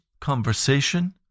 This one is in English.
conversation